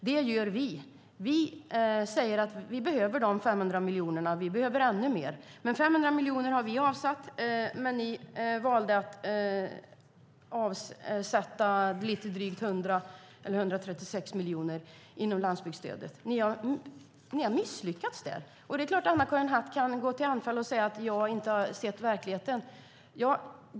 Det gör vi. Vi säger att vi behöver de 500 miljonerna, och vi behöver ännu mer. 500 miljoner har vi avsatt, men ni valde att avsätta 136 miljoner inom landsbygdsstödet. Ni har misslyckats där. Det är klart att Anna-Karin Hatt kan gå till anfall och säga att jag inte har sett verkligheten.